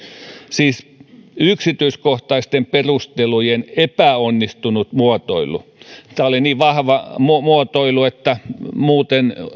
siis yksityiskohtaisten perustelujen epäonnistunut muotoilu tämä oli niin vahva muotoilu että muuten